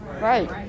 right